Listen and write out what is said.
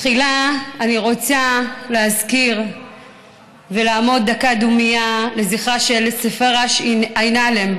תחילה אני רוצה להזכיר ולעמוד דקה דומייה לזכרה של ספרש אנעלם,